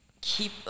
keep